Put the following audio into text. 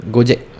Gojek